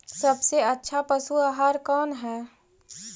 सबसे अच्छा पशु आहार कौन है?